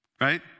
Right